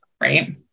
Right